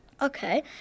Okay